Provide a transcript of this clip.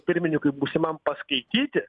pirmininkui būsimam paskaityti